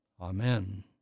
Amen